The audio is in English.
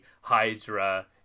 Hydra